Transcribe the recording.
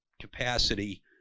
capacity